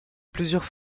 plusieurs